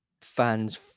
fans